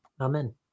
Amen